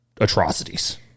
atrocities